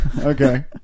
Okay